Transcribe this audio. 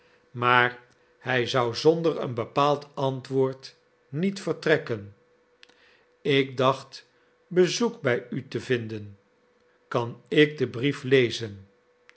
maar hij zou zonder een bepaald antwoord niet vertrekken ik dacht bezoek bij u te vinden kan ik den brief lezen